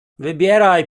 wybieraj